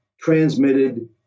transmitted